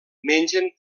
mengen